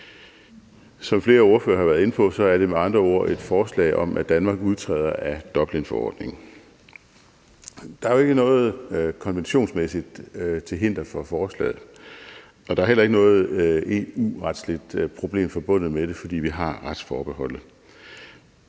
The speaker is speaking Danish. Som flere ordførere har været inde på, er det med andre ord et forslag om, at Danmark udtræder af Dublinforordningen. Der er jo ikke noget konventionsmæssigt til hinder for forslaget, og der er heller ikke noget EU-retligt problem forbundet med det, fordi vi har retsforbeholdet.